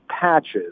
patches